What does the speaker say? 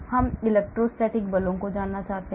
इसलिए हम इलेक्ट्रोस्टैटिक बलों को जानना चाहते हैं